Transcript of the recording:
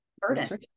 burden